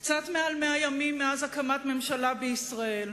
קצת יותר מ-100 ימים מאז הקמת ממשלה בישראל.